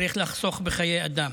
צריך לחסוך בחיי אדם.